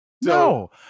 No